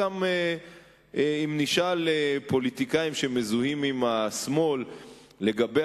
אם נשאל פוליטיקאים שמזוהים עם השמאל לגבי